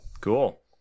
Cool